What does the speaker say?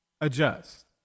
Adjust